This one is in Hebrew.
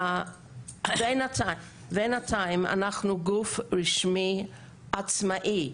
בינתיים אנחנו גוף רשמי עצמאי,